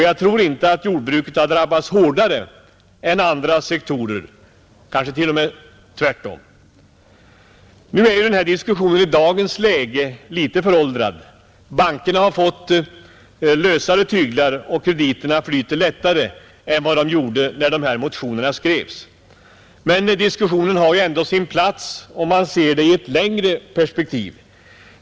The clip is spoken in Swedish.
Jag tror inte att jordbruket har drabbats hårdare än andra sektorer — det är kanske snarare tvärtom. Nu är denna diskussion i dagens läge litet föråldrad. Bankerna har fått lösare tyglar och krediterna flyter lättare än vad de gjorde när de här motionerna skrevs. Men diskussionen har ju ändå sitt berättigande om man ser frågan på längre sikt.